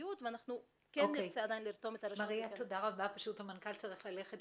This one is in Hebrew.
נצטרך לראות איך באמת מתאימים.